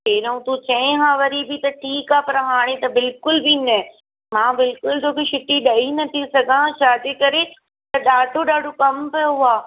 पहिरियां तूं चईं हा वरी बि त ठीकु आहे पर हाणे त बिल्कुलु बि न मां बिल्कुलु तोखे छुटी ॾेई नथी सघां छाजे करे त ॾाढो ॾाढो कमु पियो आहे